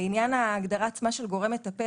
לעניין ההגדרה עצמה של "גורם מטפל",